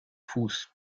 fuß